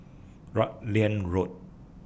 Rutland Road